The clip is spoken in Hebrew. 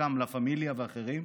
חלקם לה פמיליה ואחרים,